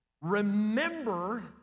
Remember